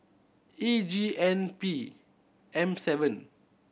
E G N P M seven